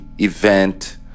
event